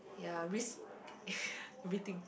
ya risk everything